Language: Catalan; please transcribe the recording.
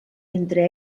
entre